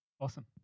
Awesome